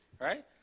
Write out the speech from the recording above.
right